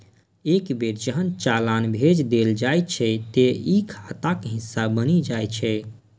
एक बेर जहन चालान भेज देल जाइ छै, ते ई खाताक हिस्सा बनि जाइ छै